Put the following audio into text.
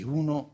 uno